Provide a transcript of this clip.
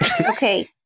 Okay